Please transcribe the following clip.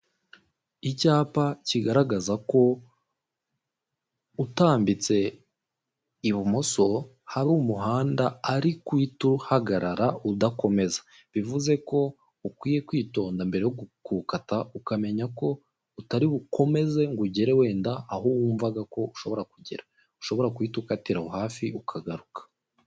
Icyapa kigaragaza ko utambitse ibumoso hari umuhanda ariko uhita uhagarara udakomeza bivuze ko ukwiye kwitonda mbere yo gu gukata ukamenya ko utari bukomeze ngo ugere wenda aho wumvaga ko ushobora kugera ushobora kuhita ukatira hafi ukagaruka.